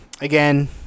again